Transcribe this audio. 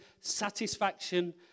satisfaction